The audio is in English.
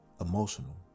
emotional